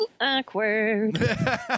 Awkward